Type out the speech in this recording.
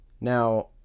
Now